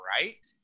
right